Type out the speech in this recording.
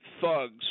thugs